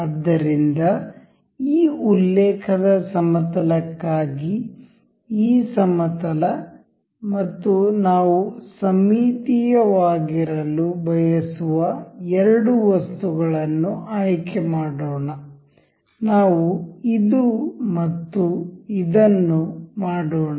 ಆದ್ದರಿಂದ ಈ ಉಲ್ಲೇಖದ ಸಮತಲಕ್ಕಾಗಿ ಈ ಸಮತಲ ಮತ್ತು ನಾವು ಸಮ್ಮಿತೀಯವಾಗಿರಲು ಬಯಸುವ ಎರಡು ವಸ್ತುಗಳನ್ನು ಆಯ್ಕೆ ಮಾಡೋಣ ನಾವು ಇದು ಮತ್ತು ಇದನ್ನು ಮಾಡೋಣ